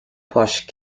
posh